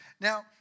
Now